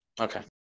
Okay